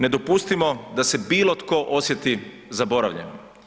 Ne dopustimo da se bilo tko osjeti zaboravljenim.